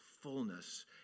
Fullness